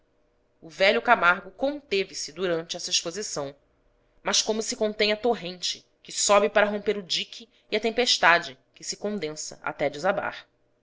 o velho camargo conteve-se durante esta exposição mas como se contém a torrente que sobe para romper o dique e a tempestade que se condensa até desabar